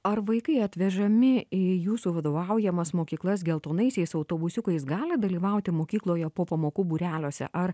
ar vaikai atvežami į jūsų vadovaujamas mokyklas geltonaisiais autobusiukais gali dalyvauti mokykloje po pamokų būreliuose ar